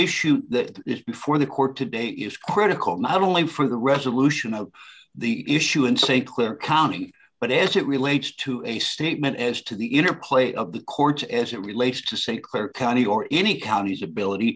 that is before the court today is critical not only for the resolution of the issue and say clear county but as it relates to a statement as to the interplay of the courts as it relates to st clair county or any counties ability